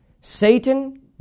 satan